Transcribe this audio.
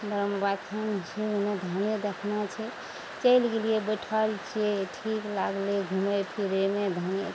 ब्रम्ह थानमे छै ओइमे धाने देखना छै चलि गेलियइ बैठल छियै ठीक लागलइ घुमय फिरयमे धान